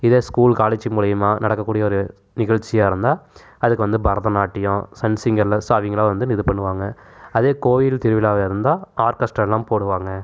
இதே school college மூலிமா நடக்கக்கூடிய ஒரு நிகழ்ச்சியாக இருந்தால் அதுக்கு வந்து பரதநாட்டியம் சன் சிங்கரில் ஸோ அவங்கள்லாம் வந்து இது பண்ணுவாங்க அதே கோயில் திருவிழாவாக இருந்தால் ஆர்கெஸ்ட்டாயெல்லாம் போடுவாங்க